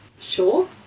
Sure